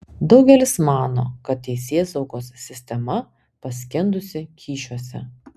daugelis mano kad teisėsaugos sistema paskendusi kyšiuose